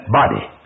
body